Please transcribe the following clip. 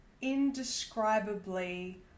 indescribably